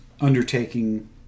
undertaking